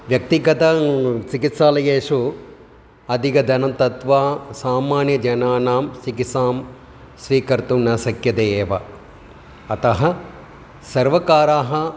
व्यक्तिगतः चिकित्सालयेषु अधिकधनं दत्वा सामान्यजनानां चिकित्सां स्वीकर्तुं न शक्यते एव अतः सर्वकाराः